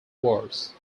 wars